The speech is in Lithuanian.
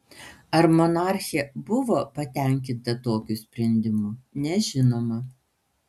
ar monarchė buvo patenkinta tokiu sprendimu nežinoma